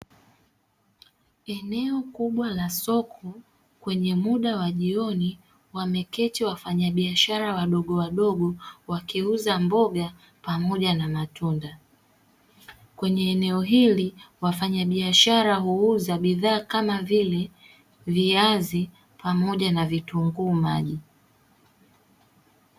Eneo kubwa la soko kwenye muda wa jioni wameketi wafanyabiashara wadogo wadogo wakiuza mboga pamoja na matunda, kwenye eneo hili wafanyabiashara huuza bidhaa kama vile viazi pamoja na vitunguu maji.